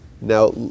now